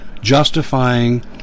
justifying